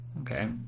okay